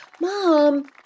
Mom